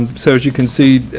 and so as you can see,